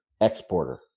exporter